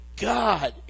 God